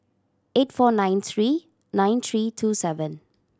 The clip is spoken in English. eight four nine three nine three two seven